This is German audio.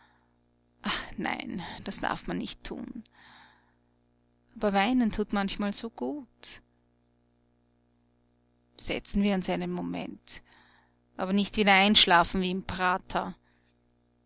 nein das darf man nicht tun aber weinen tut manchmal so gut setzen wir uns einen moment aber nicht wieder einschlafen wie im prater